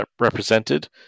represented